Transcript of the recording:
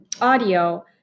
audio